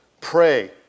pray